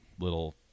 little